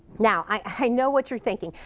now i know what you're thinking.